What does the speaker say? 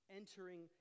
entering